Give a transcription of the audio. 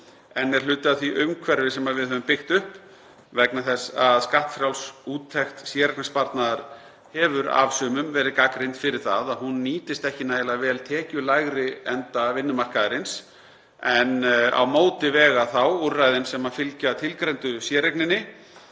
en er hluti af því umhverfi sem við höfum byggt upp vegna þess að skattfrjáls úttekt séreignarsparnaðar hefur af sumum verið gagnrýnd fyrir það að hún nýtist ekki nægilega vel tekjulægri enda vinnumarkaðarins. Á móti vega þá úrræðin sem fylgja tilgreindu séreigninni